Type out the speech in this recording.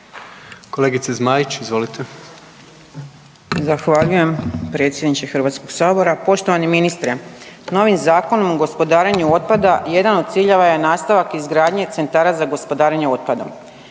Kolegice Zmajić, izvolite.